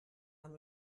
amb